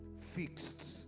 fixed